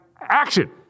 action